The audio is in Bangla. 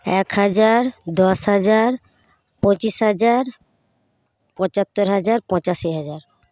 এক হাজার দশ হাজার পঁচিশ হাজার পঁচাত্তর হাজার পঁচাশি হাজার